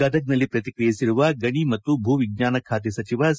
ಗದಗದಲ್ಲಿ ಪ್ರತಿಕ್ರಿಯಿಸಿರುವ ಗಣಿ ಮತ್ತು ಭೂವಿಜ್ಞಾನ ಖಾತೆ ಸಚಿವ ಸಿ